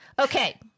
Okay